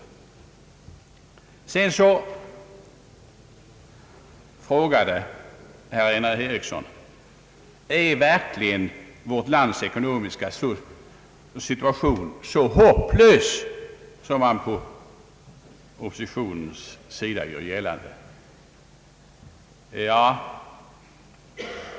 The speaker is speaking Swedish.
För det andra frågade herr Einar Eriksson: Är verkligen vårt lands ekonomiska situation så hopplös som oppositionen gör gällande?